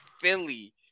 Philly